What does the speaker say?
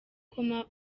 kunywa